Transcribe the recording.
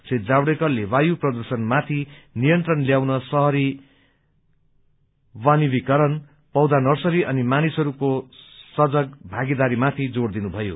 श्री जावड़ेकरले वायु प्रदुषणमाथि नियन्त्रण ल्याउन शहरी नविणीकरण पौधा नर्सरी अनि मानिसहरूको सजग भागीदारी माथि जोर दिनुभयो